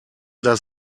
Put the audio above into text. das